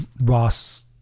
Ross